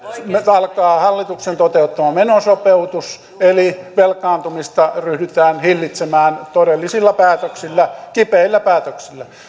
alkaa hallituksen toteuttama menosopeutus eli velkaantumista ryhdytään hillitsemään todellisilla päätöksillä kipeillä päätöksillä